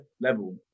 level